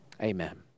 Amen